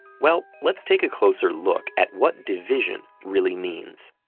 well, let's take a closer look at what division really means.